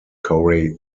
corey